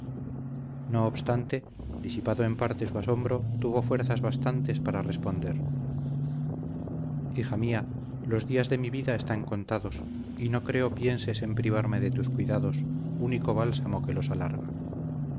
no obstante disipado en parte su asombro tuvo fuerzas bastantes para responder hija mía los días de mi vida están contados y no creo pienses en privarme de tus cuidados único bálsamo que los alarga